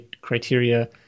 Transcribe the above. criteria